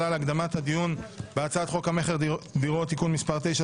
להקדמת הדיון בהצעת חוק המכר (דירות) (תיקון מס' 9),